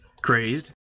Crazed